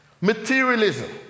Materialism